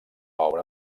obra